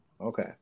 Okay